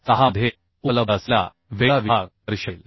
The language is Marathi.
6 मध्ये उपलब्ध असलेला वेगळा विभाग दर्शवेल